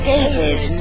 David